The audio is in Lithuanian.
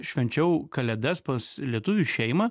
švenčiau kalėdas pas lietuvių šeimą